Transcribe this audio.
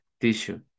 tissue